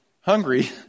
hungry